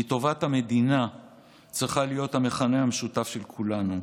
כי טובת המדינה צריכה להיות המכנה המשותף של כולנו.